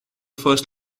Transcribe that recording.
first